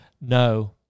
no